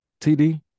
TD